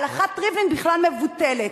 הלכת ריבלין בכלל מבוטלת.